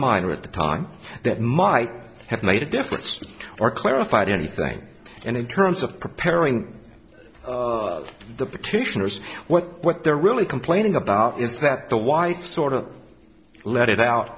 minor at the time that might have made a difference or clarified anything in terms of preparing the petitioners what what they're really complaining about is that the wife sort of let it out